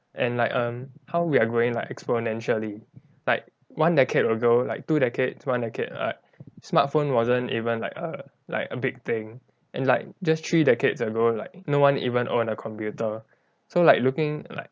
and like um how we are growing like exponentially like one decade ago like two decades one decade like smartphone wasn't even like a like a big thing and like just three decades ago like no one even own a computer so like looking like